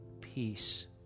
peace